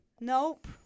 nope